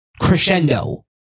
crescendo